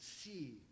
see